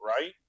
right